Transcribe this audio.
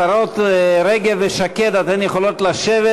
השרות רגב ושקד, אתן יכולות לשבת.